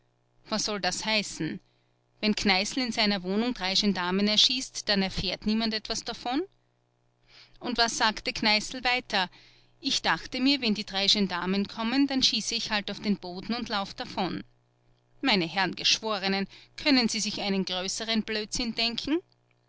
was soll das heißen wenn kneißl in seiner wohnung drei gendarmen erschießt dann erfährt niemand etwas davon und was sagte kneißl weiter ich dachte mir wenn die drei gendarmen kommen dann schieße ich halt auf den boden und lauf davon meine herren geschworenen können sie sich einen größeren blödsinn denken